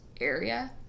Area